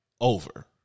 over